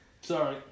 Sorry